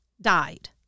died